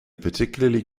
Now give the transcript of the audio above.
particularly